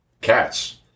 cats